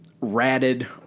ratted